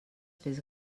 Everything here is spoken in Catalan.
fes